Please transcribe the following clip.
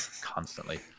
constantly